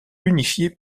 unifié